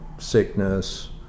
sickness